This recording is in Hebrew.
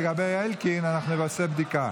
לגבי אלקין אנחנו נעשה בדיקה.